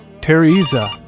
Teresa